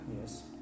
Yes